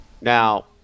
Now